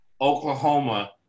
Oklahoma